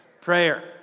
prayer